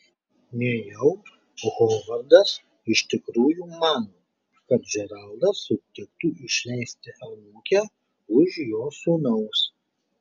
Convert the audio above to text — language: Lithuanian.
nejaugi hovardas iš tikrųjų mano kad džeraldas sutiktų išleisti anūkę už jo sūnaus